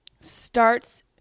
starts